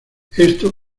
esto